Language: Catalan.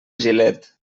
gilet